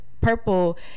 Purple